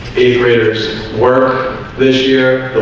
eighth graders work this year